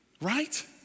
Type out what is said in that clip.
right